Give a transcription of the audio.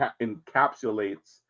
encapsulates